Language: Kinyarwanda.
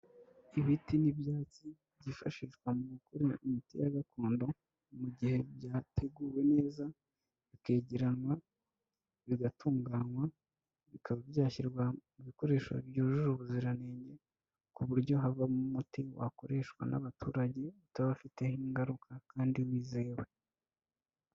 Ibiti n'ibyatsi byifashishwa mu gukora imiti ya gakondo, mu gihe byateguwe neza, bikegeranywa, bigatunganywa, bikaba byashyirwa mu bikoresho byujuje ubuziranenge, ku buryo havamo umuti wakoreshwa n'abaturage, utabafiteho ingaruka kandi wizewe.